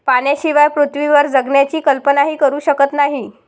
पाण्याशिवाय पृथ्वीवर जगण्याची कल्पनाही करू शकत नाही